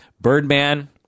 Birdman